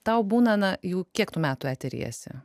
tau būna na jau kiek tu metų etery esi